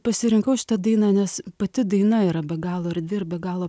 pasirinkau šitą dainą nes pati daina yra be galo erdvi ir be galo